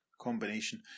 combination